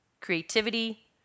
creativity